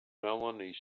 melanie